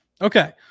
okay